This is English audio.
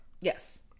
Yes